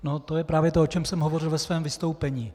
No, to je právě to, o čem jsem hovořil ve svém vystoupení.